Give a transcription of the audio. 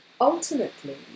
ultimately